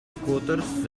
scooters